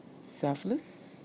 selfless